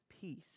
peace